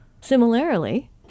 Similarly